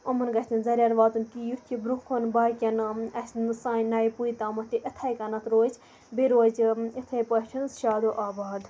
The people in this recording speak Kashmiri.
یِمَن گژھِ نہٕ زَرٮ۪ر واتُن کیٚنہہ یُتھ یہِ برٛونٛہہ کُن باقِیَن اَسہِ نہٕ سانہِ نَیہِ پُیہِ تامَتھ تہِ یِتھَے کَنٮ۪تھ روزِ بیٚیہِ روزِ یِتھَے پٲٹھۍ شادو آباد